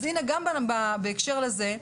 אז גם בהקשר לזה,